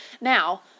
Now